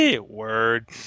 Word